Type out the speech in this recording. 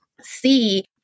see